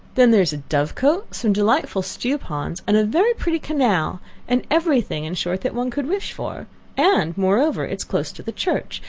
then, there is a dove-cote, some delightful stew-ponds, and a very pretty canal and every thing, in short, that one could wish for and, moreover, it is close to the church,